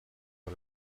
let